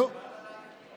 מקובל עליי.